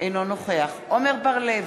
אינו נוכח עמר בר-לב,